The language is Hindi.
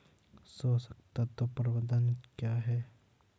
पोषक तत्व प्रबंधन क्या है?